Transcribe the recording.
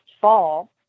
fall